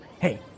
Hey